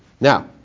Now